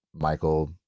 Michael